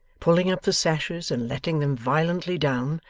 pulling up the sashes and letting them violently down,